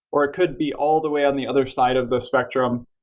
or it could be all the way on the other side of the spectrum,